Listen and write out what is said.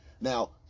Now